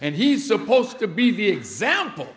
and he's supposed to be the example